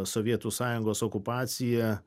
sovietų sąjungos okupacija